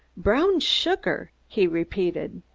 brown sugar! he repeated.